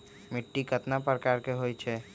मिट्टी कतना प्रकार के होवैछे?